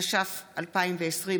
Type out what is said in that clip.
התש"ף 2020,